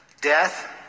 Death